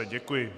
Děkuji.